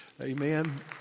Amen